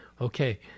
okay